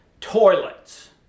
toilets